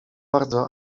bardzo